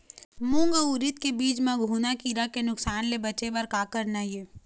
मूंग अउ उरीद के बीज म घुना किरा के नुकसान ले बचे बर का करना ये?